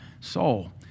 soul